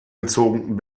gezogen